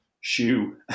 shoe